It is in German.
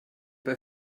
bei